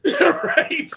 Right